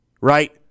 right